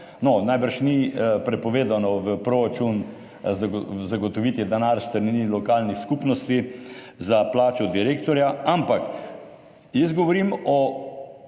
najbrž ni prepovedano v proračunu zagotoviti denar s strani lokalnih skupnosti za plačo direktorja, ampak jaz govorim o